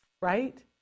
right